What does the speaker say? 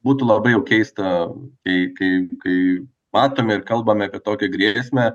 būtų labai jau keista kai kai kai matome ir kalbame apie tokią grėsmę